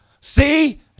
see